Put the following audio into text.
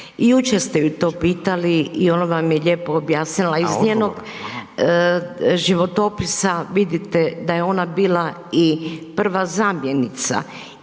I jučer ste ju to pitali i ona vam je lijepo objasnila, iz njenog životopisa vidite da je ona bila i prva zamjenica